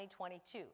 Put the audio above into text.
2022